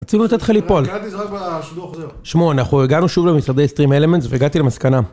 צריך לתת לך ליפול קראתי זה רק בשידור החוזר, שמונה, אנחנו הגענו שוב למשרדי סטרים אלמנט והגעתי למסקנה